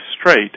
straight